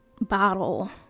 bottle